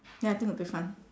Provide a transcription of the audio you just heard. ya I think it would be fun